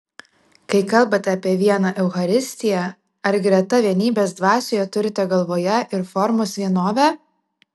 kai kalbate apie vieną eucharistiją ar greta vienybės dvasioje turite galvoje ir formos vienovę